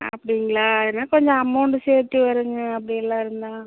அப்படிங்களா என்ன கொஞ்சம் அமௌண்டு சேர்த்தி வருங்க அப்படியெல்லாம் இருந்தால்